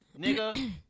nigga